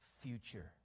future